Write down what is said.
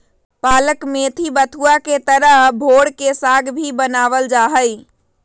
पालक मेथी बथुआ के तरह भोर के साग भी बनावल जाहई